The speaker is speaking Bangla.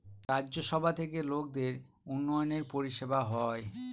রাজ্য সভা থেকে লোকদের উন্নয়নের পরিষেবা হয়